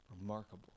remarkable